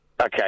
Okay